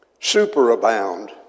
superabound